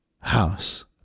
House